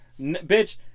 Bitch